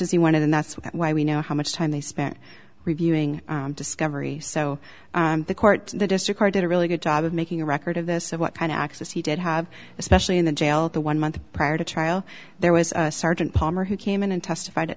as he wanted and that's why we know how much time they spent reviewing discovery so the court the district are did a really good job of making a record of this of what kind of access he did have especially in the jail the one month prior to trial there was a sergeant palmer who came in and testif